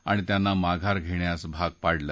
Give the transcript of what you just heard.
आणि त्यांना माघार घेण्यास भाग पाडलं